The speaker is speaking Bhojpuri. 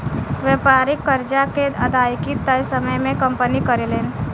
व्यापारिक कर्जा के अदायगी तय समय में कंपनी करेले